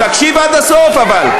תקשיב עד הסוף אבל.